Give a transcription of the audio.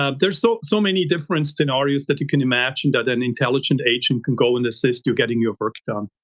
ah there's so so many different scenarios that you can imagine that an intelligent agent can go and assist you getting your work done.